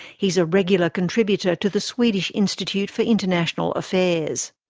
he is a regular contributor to the swedish institute for international affairs.